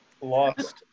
lost